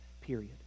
period